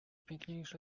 piękniejsza